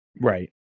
right